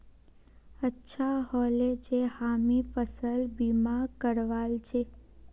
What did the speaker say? अच्छा ह ले जे हामी फसल बीमा करवाल छि